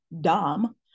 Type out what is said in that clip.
dumb